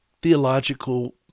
theological